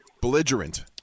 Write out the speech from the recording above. Belligerent